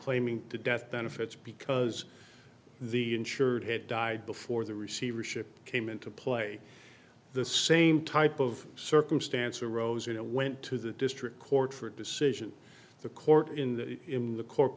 claiming the death benefits because the insured had died before the receivership came into play the same type of circumstance arose and went to the district court for a decision the court in the in the co